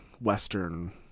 Western